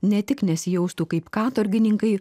ne tik nesijaustų kaip katorgininkai